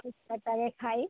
ফুচকাটা আগে খাই